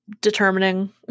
determining